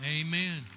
Amen